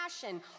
passion